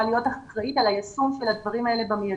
להיות אחראית על היישום של הדברים האלה במיידי.